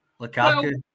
Lukaku